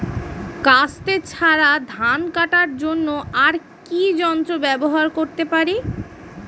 কাস্তে ছাড়া ধান কাটার জন্য আর কি যন্ত্র ব্যবহার করতে পারি?